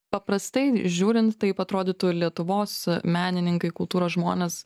paprastai žiūrint taip atrodytų lietuvos menininkai kultūros žmonės